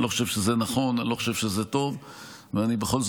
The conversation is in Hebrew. אני לא חושב שזה נכון, אני לא חושב שזה טוב.